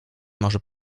może